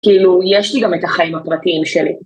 כאילו יש לי גם את החיים הפרטיים שלי.